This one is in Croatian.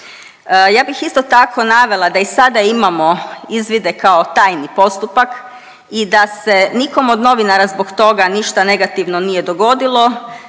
Ja bih isto tako navela da i sada imamo izvide kao tajni postupak i da se nikom od novinara zbog toga ništa negativno nije dogodilo